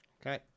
Okay